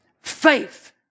faith